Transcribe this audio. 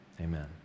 Amen